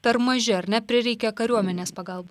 per maži ar ne prireikė kariuomenės pagalb